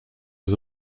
was